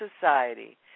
society